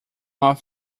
off